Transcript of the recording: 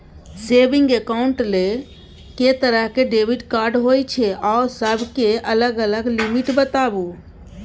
Saving accounts ल के तरह के डेबिट कार्ड होय छै आ सब के अलग अलग लिमिट बताबू?